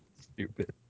stupid